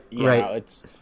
right